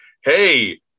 hey